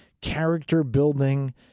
character-building